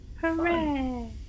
Hooray